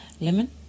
Lemon